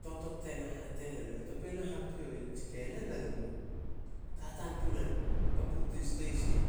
Totot tena hate ne na. Topei na hapio ih nitsi ka nen beno mu, tataan puna papu tin steisin.